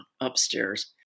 upstairs